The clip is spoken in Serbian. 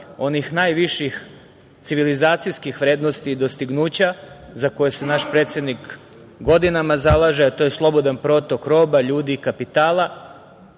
onih najviših civilizacijskih vrednosti i dostignuća, za koje se naš predsednik godinama zalaže, a to je slobodan protok roba, ljudi i kapitala.